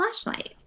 flashlight